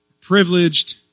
privileged